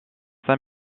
saint